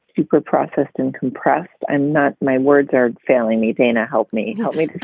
super processed and compressed and not my words are failing me. dana, help me help me.